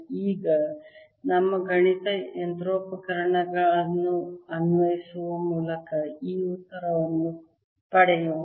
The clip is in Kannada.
ಈಗ ನಮ್ಮ ಗಣಿತ ಯಂತ್ರೋಪಕರಣಗಳನ್ನು ಅನ್ವಯಿಸುವ ಮೂಲಕ ಈ ಉತ್ತರವನ್ನು ಪಡೆಯೋಣ